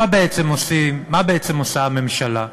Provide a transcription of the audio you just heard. מה בעצם עושה הממשלה?